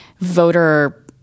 voter